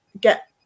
get